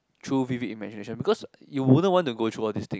through vivid imagination because you wouldn't want to go through all these thing